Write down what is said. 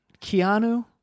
Keanu